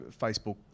Facebook